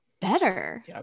better